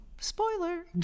Spoiler